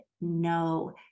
no